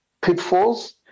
pitfalls